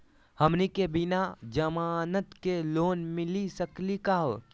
हमनी के बिना जमानत के लोन मिली सकली क हो?